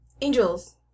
Angels